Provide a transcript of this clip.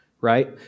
right